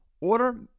Order